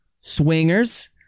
Swingers